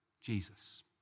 Jesus